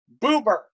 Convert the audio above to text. Boober